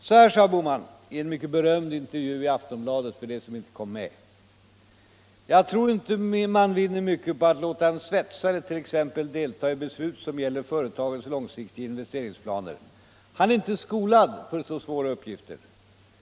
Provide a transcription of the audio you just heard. Så här sade herr Bohman i en mycket berömd intervju i Aftonbladet: ”Jag tror inte man vinner mycket på att låta en svetsare t.ex. delta i beslut som gäller företagets långsiktiga investeringsplaner. Han är inte skolad för så svåra uppgifter.